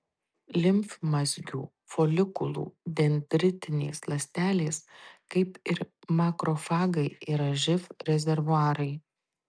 limfmazgių folikulų dendritinės ląstelės kaip ir makrofagai yra živ rezervuarai